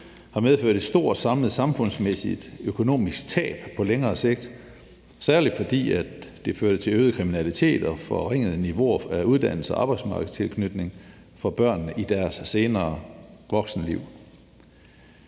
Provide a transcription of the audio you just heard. har medført et stort samlet samfundsmæssigt økonomisk tab, særlig fordi det førte til øget kriminalitet og forringede niveauer af uddannelse og arbejdsmarkedstilknytning for børnene i deres senere voksenliv.